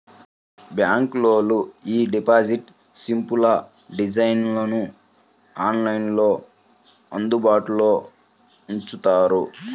బ్యాంకులోళ్ళు యీ డిపాజిట్ స్లిప్పుల డిజైన్లను ఆన్లైన్లో అందుబాటులో ఉంచుతారు